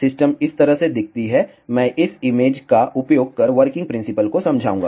system इस तरह दिखती है मैं इस इमेज का उपयोग कर वर्किंग प्रिंसिपल को समझाऊंगा